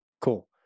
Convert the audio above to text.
Cool